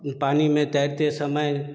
पानी में तैरते समय